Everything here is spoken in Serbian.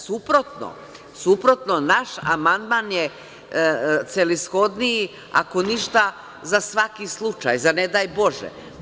Suprotno, naš amandman je celishodniji ako ništa za svaki slučaj, za ne daj bože.